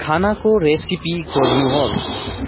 खानाको रेसिपी खोज्नु होस्